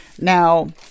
Now